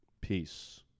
Peace